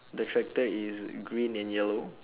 the tractor is green and yellow